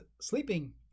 sleeping